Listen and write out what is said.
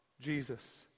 Jesus